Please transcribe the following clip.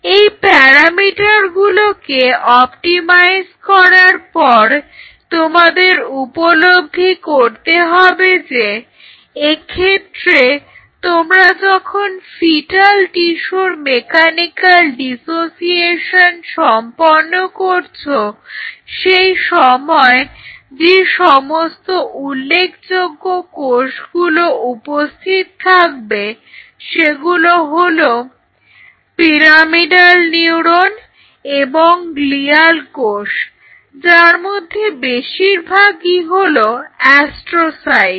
এই প্যারামিটারগুলোকে অপটিমাইজ করার পর তোমাদের উপলব্ধি করতে হবে যে এক্ষেত্রে তোমরা যখন ফিটাল টিস্যুর মেকানিক্যাল ডিসোসিয়েশন সম্পন্ন করছো সেই সময় যে সমস্ত উল্লেখযোগ্য কোষগুলো উপস্থিত থাকবে সেগুলো হলো পিরামিডাল নিউরন এবং গ্লিয়াল কোষ যার মধ্যে বেশিরভাগই হলো অ্যাস্ট্রোসাইট